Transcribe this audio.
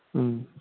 ꯎꯝ